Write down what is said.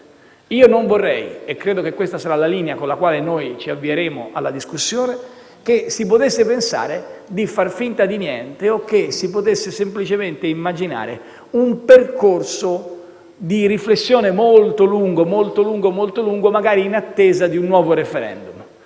Io non vorrei - e credo che questa sarà la linea con la quale noi ci avvieremo alla discussione - che si possa pensare di far finta di niente o che si possa semplicemente immaginare un percorso di riflessione molto, molto lungo, magari in attesa di un nuovo *referendum*.